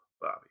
bobby